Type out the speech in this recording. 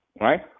right